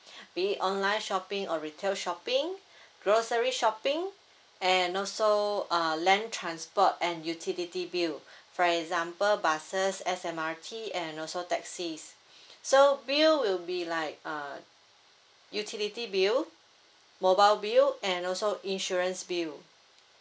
be it online shopping or retail shopping grocery shopping and also uh land transport and utility bill for example buses SMRT and also taxis so bill will be like uh utility bill mobile bill and also insurance bill